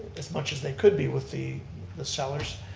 as much as they could be with the the sellers,